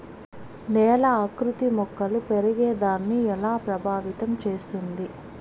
నేల ఆకృతి మొక్కలు పెరిగేదాన్ని ఎలా ప్రభావితం చేస్తుంది?